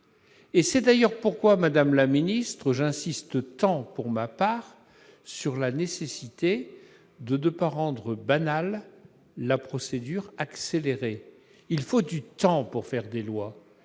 ! C'est d'ailleurs pourquoi, madame la garde des sceaux, j'insiste tant sur la nécessité de ne pas rendre banale la procédure accélérée. Il faut du temps pour faire des lois